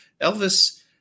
Elvis